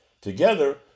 Together